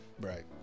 Right